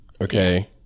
okay